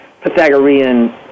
Pythagorean